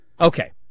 Okay